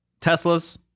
Teslas